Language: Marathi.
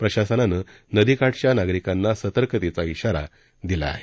प्रशासनानं नदीकाठच्या नागरिकांना सतर्कतेचा इशारा दिला आहे